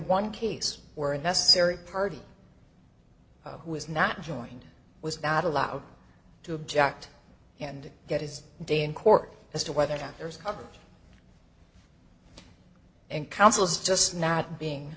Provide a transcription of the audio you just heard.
one case where a necessary party who is not joined was not allowed to object and get his day in court as to whether or not there is coverage and councils just not being